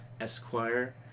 Esquire